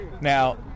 Now